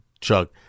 Chuck